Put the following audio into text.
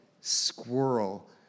squirrel